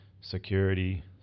security